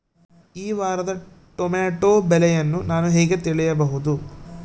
ಈ ವಾರದ ಟೊಮೆಟೊ ಬೆಲೆಯನ್ನು ನಾನು ಹೇಗೆ ತಿಳಿಯಬಹುದು?